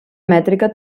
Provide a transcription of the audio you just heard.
mètrica